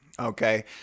Okay